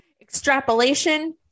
Extrapolation